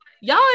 y'all